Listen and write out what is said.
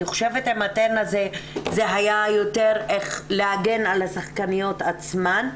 אני חושבת שעם "אתנה" זה היה יותר איך להגן על השחקניות עצמן.